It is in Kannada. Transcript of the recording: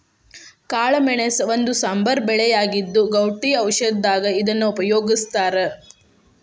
ಕಾಳಮೆಣಸ ಒಂದು ಸಾಂಬಾರ ಬೆಳೆಯಾಗಿದ್ದು, ಗೌಟಿ ಔಷಧದಾಗ ಇದನ್ನ ಉಪಯೋಗಸ್ತಾರ